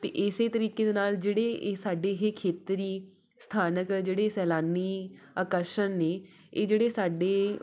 ਅਤੇ ਇਸੇ ਤਰੀਕੇ ਦੇ ਨਾਲ ਜਿਹੜੇ ਇਹ ਸਾਡੇ ਇਹ ਖੇਤਰੀ ਸਥਾਨਕ ਜਿਹੜੇ ਸੈਲਾਨੀ ਆਕਰਸ਼ਣ ਨੇ ਇਹ ਜਿਹੜੇ ਸਾਡੇ